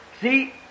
see